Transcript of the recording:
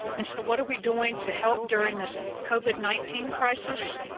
and so what are we doing to help during this covid nineteen crisis?